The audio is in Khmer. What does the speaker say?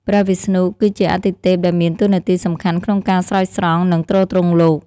ព្រះវិស្ណុ គឺជាអាទិទេពដែលមានតួនាទីសំខាន់ក្នុងការស្រោចស្រង់ និងទ្រទ្រង់លោក។